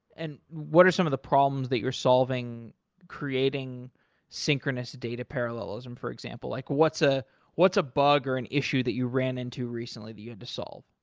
and what are some of the problems that you're solving creating synchronous data parallelism, for example? like what's ah what's a bug or an issue that you ran into recently that you have to solve?